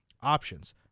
options